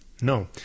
No